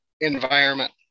environment